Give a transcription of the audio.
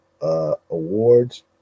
awards